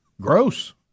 Gross